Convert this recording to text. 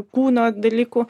kūno dalykų